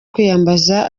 kwiyambaza